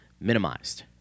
minimized